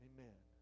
Amen